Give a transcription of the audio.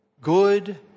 good